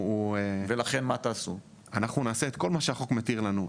אנחנו נעשה את כל מה שהחוק מתיר לנו.